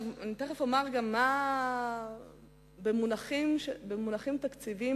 תיכף אומר גם כמה זה במונחים תקציביים.